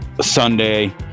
Sunday